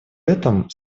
этом